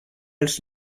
els